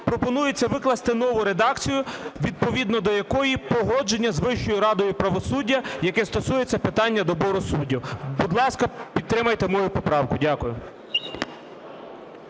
пропонується викласти нову редакцію, відповідно до якої погодження з Вищою радою правосуддя, яке стосується питання добору суддів. Будь ласка, підтримайте мою поправку. Дякую.